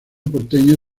porteño